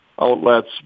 outlets